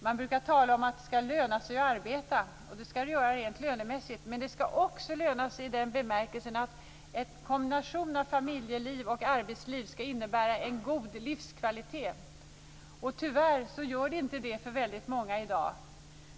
Man brukar tala om att det skall löna sig att arbeta, och det skall det göra rent lönemässigt, men det skall också löna sig i den bemärkelsen att en kombination av familjeliv och arbetsliv skall innebära en god livskvalitet. Tyvärr gör det inte det för väldigt många i dag.